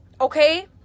okay